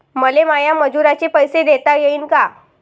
मले माया मजुराचे पैसे देता येईन का?